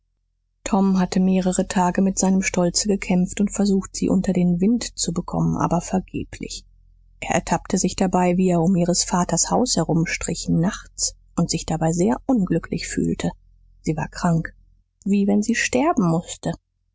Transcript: tom hatte mehrere tage mit seinem stolze gekämpft und versucht sie unter den wind zu bekommen aber vergeblich er ertappte sich dabei wie er um ihres vaters haus herumstrich nachts und sich dabei sehr unglücklich fühlte sie war krank wie wenn sie sterben mußte